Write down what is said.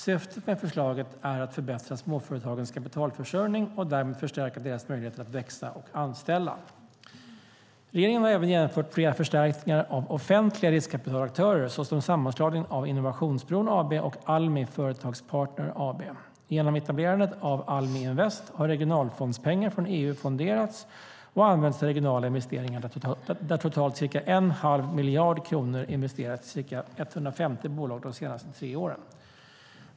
Syftet med förslaget är att förbättra småföretagens kapitalförsörjning och därmed förstärka deras möjligheter att växa och anställa. Regeringen har även genomfört flera förstärkningar av offentliga riskkapitalaktörer, såsom sammanslagningen av Innovationsbron AB och Almi Företagspartner AB. Genom etablerandet av Almi Invest har regionalfondspengar från EU fonderats och används till regionala investeringar där totalt ungefär en halv miljard kronor har investerats i ca 150 bolag de senaste tre åren.